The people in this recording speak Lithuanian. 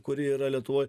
kuri yra lietuvoj